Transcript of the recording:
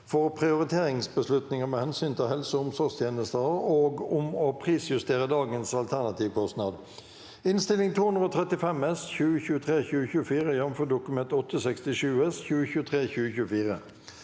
for prioriteringsbeslutninger med hensyn til helse- og omsorgstjenester og om å prisjustere dagens alternativkostnad (Innst. 235 S (2023–2024), jf. Dokument 8:67 S (2023–2024))